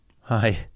Hi